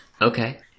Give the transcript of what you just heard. okay